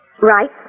right